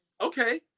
Okay